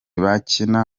bakina